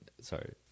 sorry